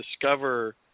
discover